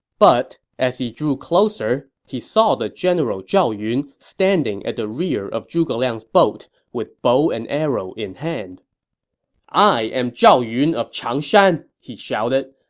but as he drew closer, he saw the general zhao yun standing at the rear of zhuge liang's boat with bow and arrow in hand i am zhao yun of changshan, he shouted.